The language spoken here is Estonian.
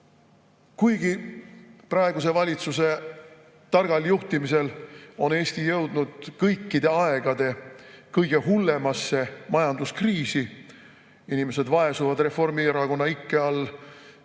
kuigi praeguse valitsuse targal juhtimisel on Eesti jõudnud kõikide aegade kõige hullemasse majanduskriisi – inimesed vaesuvad Reformierakonna ikke all